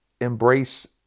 embrace